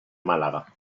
málaga